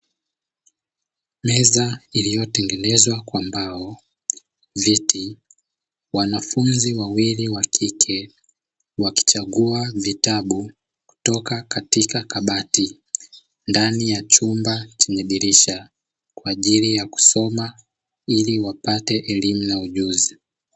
Meza uliotengenezwa kwa mbao, viti wanafunzi wawili wa kike wakichagua vitabu kutoka katika kabati, ndani ya chumba chenye dirisha kwa ajili ya kusoma ili wapate elimu na ujuzi.